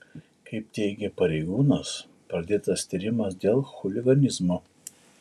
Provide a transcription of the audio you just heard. kaip teigia pareigūnas pradėtas tyrimas dėl chuliganizmo